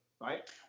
right